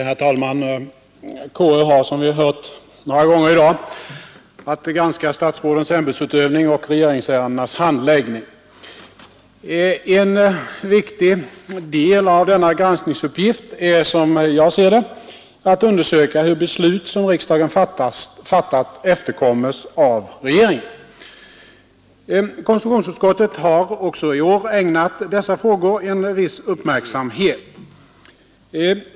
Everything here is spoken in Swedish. Herr talman! Konstitutionsutskottet har, som vi hört några gånger i 63 dag, att granska statsrådens ämbetsutövning och regeringsärendenas handläggning. En viktig del av denna granskningsuppgift är, som jag ser det, att undersöka hur beslut som riksdagen fattat efterkommes av regeringen. KU har också i år ägnat dessa frågor viss uppmärksamhet.